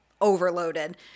overloaded